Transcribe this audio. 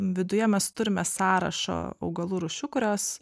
viduje mes turime sąrašą augalų rūšių kurios